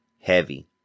heavy